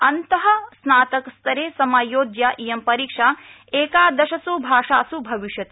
अन्तः स्नातक स्तरे समायोज्या इयं परीक्षा एकादशस् भाषास् भविष्यति